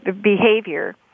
behavior